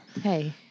Hey